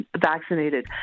Vaccinated